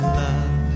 love